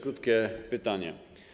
Krótkie pytanie.